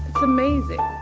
amazing